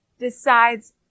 Decides